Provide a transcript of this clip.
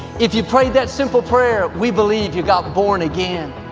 if you prayed that simple prayer, we believe you got born again.